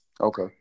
Okay